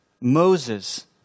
Moses